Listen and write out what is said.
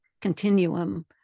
continuum